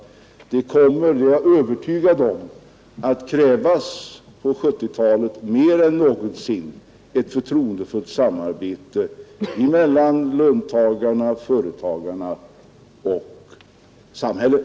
Jag är övertygad om att det på 1970-talet mer än någonsin kommer att krävas ett förtroendefullt samarbete mellan löntagarna, företagarna och samhället.